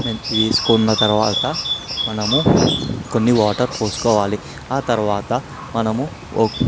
వేసుకున్న తర్వాత మనము కొన్ని వాటర్ పోసుకోవాలి ఆ తరువాత మనము ఓ